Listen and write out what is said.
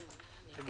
צריך